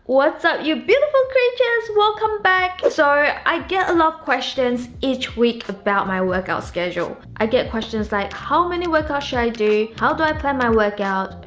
what's up, you beautiful creatures! welcome back. so, i get a lot of questions each week about my workout schedule. i get questions like, how many workouts should i do? how do i plan my workout?